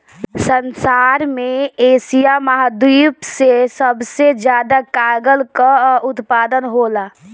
संसार में एशिया महाद्वीप से सबसे ज्यादा कागल कअ उत्पादन होला